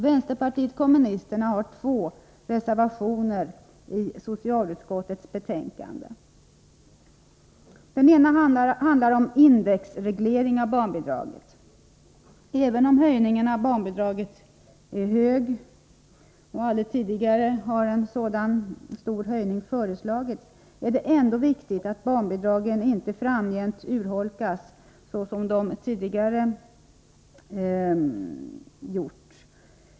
Vänsterpartiet kommunisterna har två reservationer i socialutskottets betänkande. Den ena handlar om indexreglering av barnbidraget. Även om höjningen av barnbidraget är stor — aldrig tidigare har en så stor höjning föreslagits — är det viktigt att barnbidragen framgent inte urholkas såsom tidigare varit fallet.